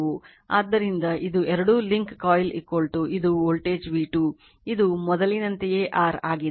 ಆದ್ದರಿಂದ ಇದು ಎರಡೂ ಲಿಂಕ್ ಕಾಯಿಲ್ ಇದು ವೋಲ್ಟೇಜ್ v 2 ಇದು ಮೊದಲಿನಂತೆಯೇ r ಆಗಿದೆ